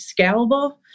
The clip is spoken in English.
scalable